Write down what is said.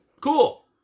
cool